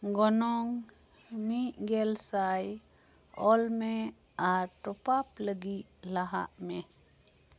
ᱜᱚᱱᱚᱝ ᱢᱤᱫ ᱜᱮᱞ ᱥᱟᱭ ᱚᱞᱢᱮ ᱟᱨ ᱴᱚᱯᱟᱯ ᱞᱟᱹᱜᱤᱫ ᱞᱟᱦᱟᱜ ᱢᱮ